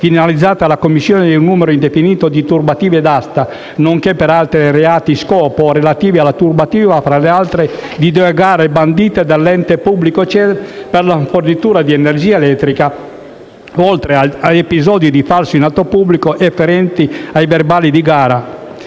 finalizzata alla commissione di un numero indefinito di turbative d'asta, nonché per altri reati-scopo relativi alla turbativa, fra le altre, di due gare bandite dall'ente pubblico CEV per la fornitura di energia elettrica, oltre ad episodi di falso in atto pubblico afferenti ai verbali di gara.